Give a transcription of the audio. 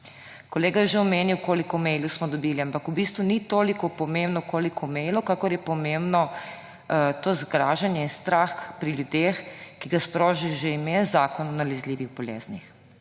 Kolega je že omenila, koliko mailov smo dobili, ampak v bistvu ni toliko pomembno koliko mailov, kakor je pomembno to zgražanje, strah pri ljudeh, ki ga sproži že ime Zakon o nalezljivih boleznih.